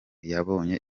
yabonye